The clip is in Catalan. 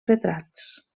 retrats